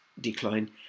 decline